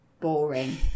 boring